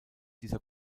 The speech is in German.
dieser